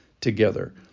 together